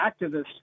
activists